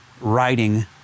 writing